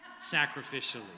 sacrificially